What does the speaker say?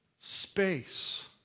space